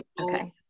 Okay